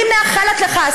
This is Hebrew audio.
אני מאחלת לך,